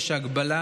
יש הגבלה